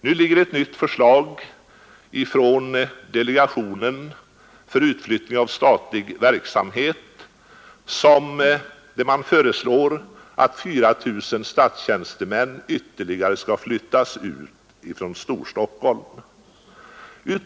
Nu föreligger ett nytt förslag ifrån delegationen för utflyttning av statlig verksamhet, där man föreslår att ytterligare 4 000 statstjänstemän skall flyttas ut från Storstockholm.